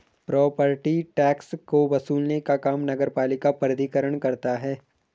property tax को वसूलने का काम नगरपालिका प्राधिकरण करता है